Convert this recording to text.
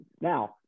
now